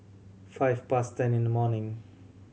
five past ten in the morning